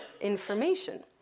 information